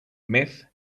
meth